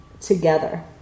together